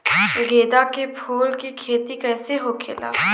गेंदा के फूल की खेती कैसे होखेला?